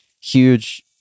huge